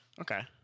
Okay